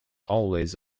always